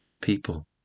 people